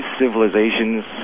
civilizations